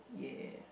yeah